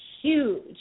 huge